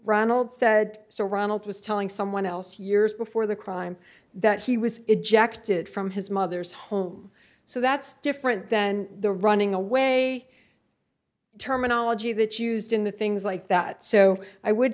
ronald said so ronald was telling someone else years before the crime that he was ejected from his mother's home so that's different than the running away terminology that used in the things like that so i would